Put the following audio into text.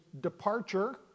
departure